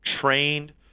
trained